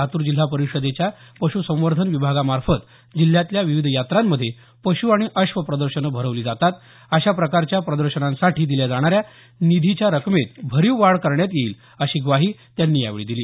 लातूर जिल्हा परिषदेच्या पश्संवर्धन विभागामार्फत जिल्ह्यातल्या विविध यात्रांमध्ये पश् आणि अश्व प्रदर्शनं भरवली जातात अशा प्रकारच्या प्रदर्शनांसाठी दिल्या जाणाऱ्या निधीच्या रकमेत भरीव वाढ करण्यात येईल अशी ग्वाही त्यांनी यावेळी दिली